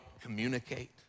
communicate